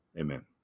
Amen